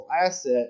asset